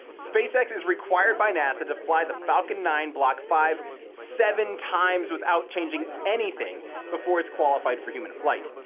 spacex is required by nasa to fly the falcon nine block five seven times without changing anything before it's qualified for human flight.